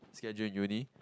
schedule in uni